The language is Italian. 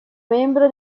membro